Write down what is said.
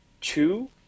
two